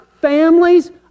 families